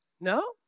No